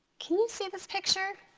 can you see this picture?